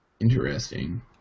Interesting